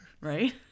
right